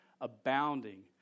abounding